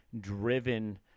driven